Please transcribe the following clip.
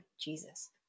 Jesus